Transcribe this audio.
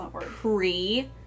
pre-